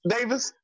Davis